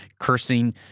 cursing